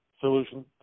solution